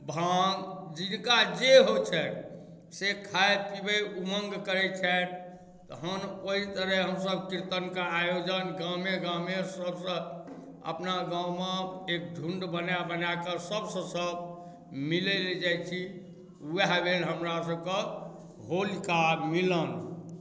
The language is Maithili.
भाङ्ग जिनका जे होइत छनि से खाइत पीबैत ऊमङ्ग करैत छथि तहन ओहि तरहे हमसब कीर्तनके आयोजन गाँमे गाँमे सबसँ अपना गाँवमे एक झुण्ड बनाए बनाए कऽ सबसँ सब मिलै ले जाइत छी ओएह भेल हमरा सबकँ होलीका मिलन